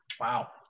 wow